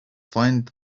find